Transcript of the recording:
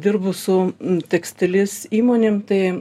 dirbu su tekstilės įmonėm tai